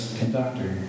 conductor